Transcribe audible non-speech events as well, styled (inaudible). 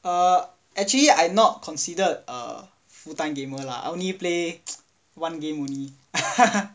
err actually I not considered a full time gamer lah I only play (noise) one game only